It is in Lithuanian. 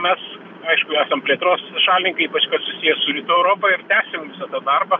mes aišku esam plėtros šalininkai ypač susiję su rytų europa ir tęsim tą darbą